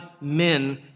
men